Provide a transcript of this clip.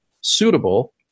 suitable